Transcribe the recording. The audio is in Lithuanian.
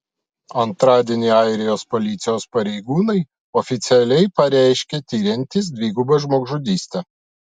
antradienį airijos policijos pareigūnai oficialiai pareiškė tiriantys dvigubą žmogžudystę